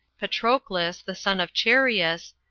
patroclus, the son of chereas,